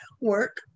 work